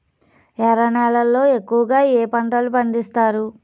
ఎర్ర నేలల్లో ఎక్కువగా ఏ పంటలు పండిస్తారు